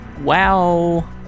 Wow